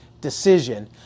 decision